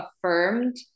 affirmed